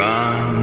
Run